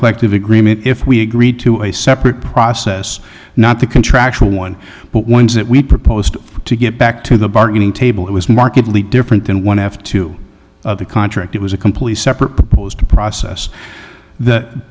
collective agreement if we agreed to a separate process not the contractual one but ones that we proposed to get back to the bargaining table it was markedly different than one have to the contract it was a completely separate proposed process that